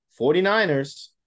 49ers